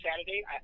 Saturday